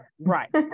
Right